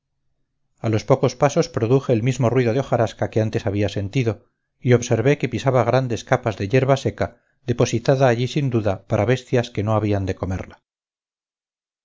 a los pocos pasos produje el mismo ruido de hojarasca que antes había sentido y observé que pisaba grandes capas de yerba seca depositada allí sin duda para bestias que no habían de comerla